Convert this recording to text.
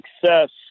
success